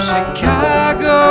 Chicago